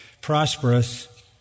prosperous